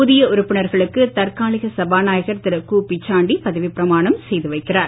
புதிய உறுப்பினர்களுக்கு தற்காலிக சபாநாயகர் திரு கு பிச்சாண்டி பதவி பிரமாணம் செய்து வைக்கிறார்